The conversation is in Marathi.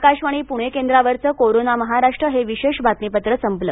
आकाशवाणी पुणे केंद्रावरच कोरोना महाराष्ट्र हे विशेष बातमीपत्र संपल